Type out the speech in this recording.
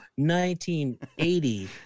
1980